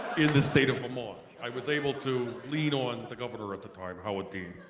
in the state of vermont. i was able to lean on the governor at the time. howard dean.